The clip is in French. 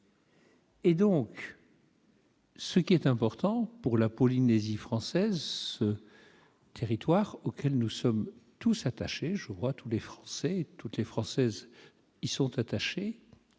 ! Ce qui est important pour la Polynésie française, ce territoire auquel nous sommes tous attachés, je crois, comme l'ensemble des Français et des Françaises y sont attachés,